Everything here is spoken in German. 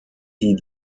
die